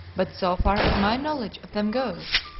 but so far as my knowledge of them goes,